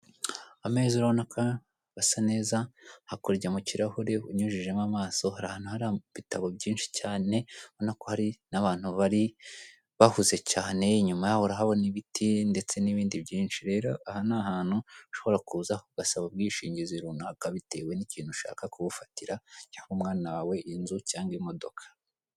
Ameza urabona ko asa neza, kakurya mu kirahure unyujijemo amaso hari ahantu hari ibitabo byinshi cyane, urabona ko hari n'abantu bari bahuze cyane inyuma yaho urahabona ibiti ndetse n'ibindi byinshi rero aha ni ahantu ushobora kuza ugasaba ubwishingizi runaka bitewe nikintu ushaka kubufatira cyangwa umwana wawe, inzu, cyangwa imodoka.